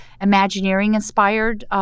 Imagineering-inspired